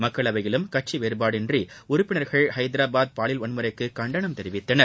மக்களவையிலும் கட்சி வேறுபாடின்றி உறுப்பினர்கள் ஹைதராபாத் பாலியல் வன்முறைக்கு கண்டனம் தெரிவித்தனர்